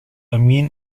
amin